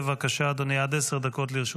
בבקשה, אדוני, עד עשר דקות לרשותך.